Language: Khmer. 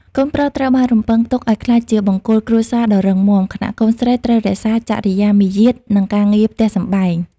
កូនប្រុសត្រូវបានរំពឹងទុកឱ្យក្លាយជាបង្គោលគ្រួសារដ៏រឹងមាំ ខណៈកូនស្រីត្រូវរក្សា "ចរិយាមាយាទ" និងការងារផ្ទះសម្បែង។